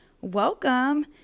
welcome